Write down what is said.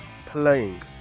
playing